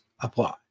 apply